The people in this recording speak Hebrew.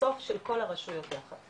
בסוף של כל הרשויות יחד,